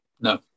No